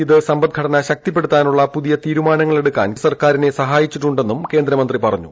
ഇത് സമ്പദ്ഘടന ശക്തിപ്പെടുത്താനുള്ള പുതിയ തീരുമാനങ്ങളെടുക്കാൻ കേന്ദ്രസർക്കാരിനെ സഹായിച്ചിട്ടുണ്ടെന്നും കേന്ദ്രമന്ത്രി പറഞ്ഞു